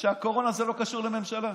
שהקורונה לא קשורה לממשלה.